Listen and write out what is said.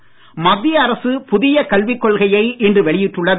கல்விக் கொள்கை மத்திய அரசு புதிய கல்விக் கொள்கையை இன்று வெளியிட்டுள்ளது